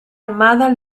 armadas